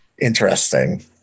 interesting